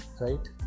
right